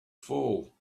fall